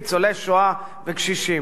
ניצולי שואה וקשישים.